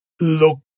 look